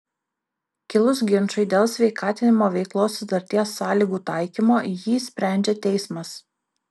kilus ginčui dėl sveikatinimo veiklos sutarties sąlygų taikymo jį sprendžia teismas